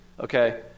Okay